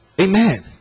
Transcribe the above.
Amen